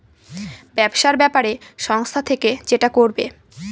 ব্যবসার ব্যাপারে সংস্থা থেকে যেটা করবে